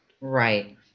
Right